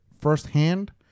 firsthand